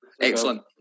Excellent